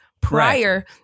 prior